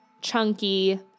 chunky